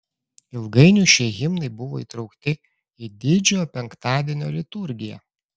ilgainiui šie himnai buvo įtraukti į didžiojo penktadienio liturgiją